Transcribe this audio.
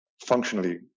functionally